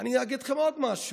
אני אגיד לכם עוד משהו: